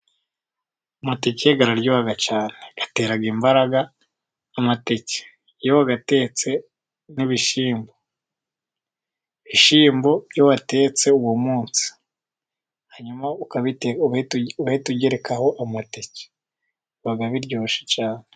Amateke araryoha cyane. Atera imbaraga, amateke iyo atetse n'ibishyimbo. Ibishyimbo watetse uwo munsi. Hanyuma ugahita ugerekaho amateke. Biba biryoshye cyane.